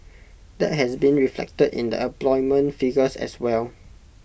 that has been reflected in the employment figures as well